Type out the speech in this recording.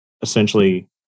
essentially